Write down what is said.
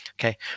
okay